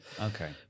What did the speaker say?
okay